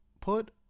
put